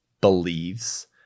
believes